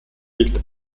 liegt